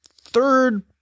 Third